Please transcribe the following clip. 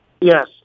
Yes